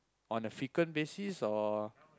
on a frequent basis or